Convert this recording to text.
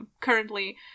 currently